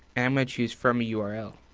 i'm gonna choose from yeah url.